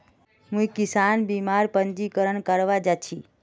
मुई किसान बीमार पंजीकरण करवा जा छि